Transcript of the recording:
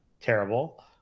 terrible